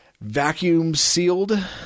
vacuum-sealed